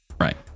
Right